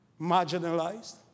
marginalized